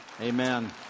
Amen